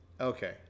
okay